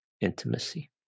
intimacy